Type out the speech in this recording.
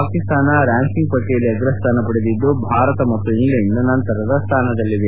Pakistan ranking ಪಟ್ಟಿಯಲ್ಲಿ ಅಗ್ರಸ್ಥಾನ ಪಡೆದಿದ್ದು ಭಾರತ ಮತ್ತು ಇಂಗ್ಲೆಂಡ್ ನಂತರದ ಸ್ಥಾನದಲ್ಲಿವೆ